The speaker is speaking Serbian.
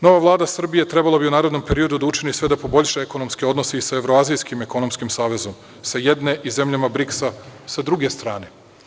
Nova Vlada Srbije trebalo bi u narednom periodu da učini sve da poboljša ekonomske odnose i sa evroazijskim ekonomskim savezom, sa jedne i sa zemljama BRIKS-a sa druge strane.